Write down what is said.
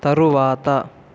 తరువాత